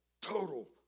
total